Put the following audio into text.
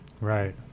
Right